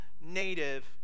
native